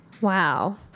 Wow